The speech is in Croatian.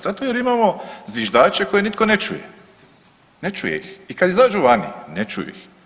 Zato jer imamo zviždače koje nitko ne čuje, ne čuje ih i kad izađu vani ne čuju ih.